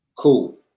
cool